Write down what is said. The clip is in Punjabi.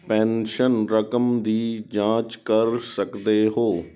ਪੈਨਸ਼ਨ ਰਕਮ ਦੀ ਜਾਂਚ ਕਰ ਸਕਦੇ ਹੋ